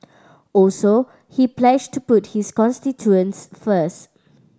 also he pledged to put his constituents first